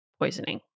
poisoning